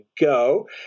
go